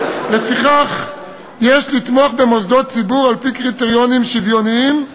שלפיו יש לתמוך במוסדות ציבור על-פי קריטריונים שוויוניים,